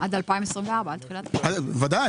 עד 2024. עד תחילת 2024. ודאי.